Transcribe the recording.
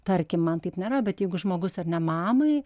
tarkim man taip nėra bet jeigu žmogus ar ne mamai